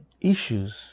issues